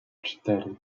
cztery